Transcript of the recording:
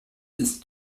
ist